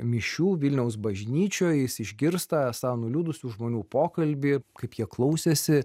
mišių vilniaus bažnyčioj jis išgirsta esą nuliūdusių žmonių pokalbį kaip jie klausėsi